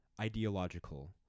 ideological